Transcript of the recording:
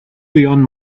beyond